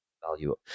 value